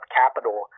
capital